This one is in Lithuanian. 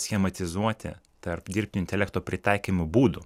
schematizuoti tarp dirbtinio intelekto pritaikymo būdų